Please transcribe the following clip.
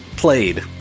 Played